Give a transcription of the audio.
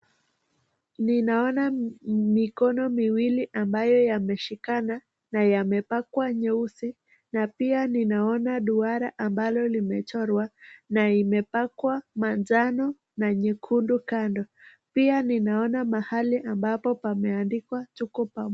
Ninaona mikono miwili ambayo yameshikana kuna yenye yamepakwa nyeusi , na pia ninaona duara ambalo limechorwa na imepakwa majano na nyekundu kando, pia ninaona mahali ambapo pameandikwa, tuko pamoja.